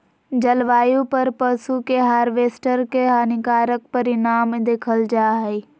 जलवायु पर पशु के हार्वेस्टिंग के हानिकारक परिणाम देखल जा हइ